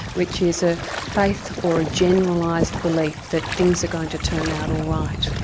which is a faith or a generalised belief that things are going to turn out all right.